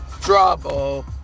Trouble